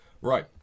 Right